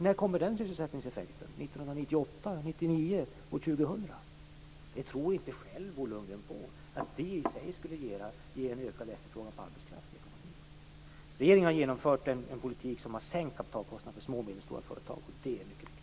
När kommer den sysselsättningseffekten - 1998, 1999 eller 2000? Att detta i sig skulle ge en ökad efterfrågan på arbetskraft i ekonomin tror inte Bo Lundgren själv på. Regeringen har genomfört en politik som har sänkt kapitalkostnaderna för små och medelstora företag, och det är mycket viktigt.